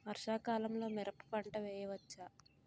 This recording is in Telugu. వర్షాకాలంలో మిరప పంట వేయవచ్చా?